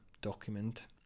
document